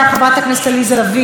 חברת הכנסת עליזה לביא,